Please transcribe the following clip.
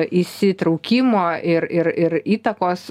įsitraukimo ir ir ir įtakos